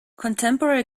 contemporary